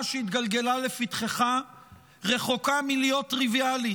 שהתגלגלה לפתחך רחוקה מלהיות טריוויאלית,